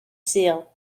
sul